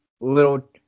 little